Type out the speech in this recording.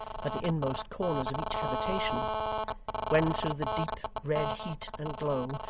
but the inmost corners of each habitation when through the deep red heat and glow,